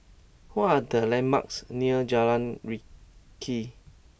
what are the landmarks near Jalan Rakit